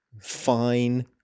fine